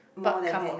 but come on